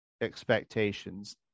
expectations